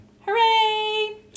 hooray